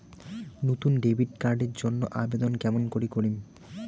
নতুন debit card এর জন্যে আবেদন কেমন করি করিম?